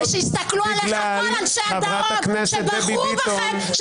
ושיסתכלו עליך כל אנשי הדרום שבחרו בכם,